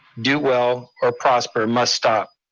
do well or prosper must stop.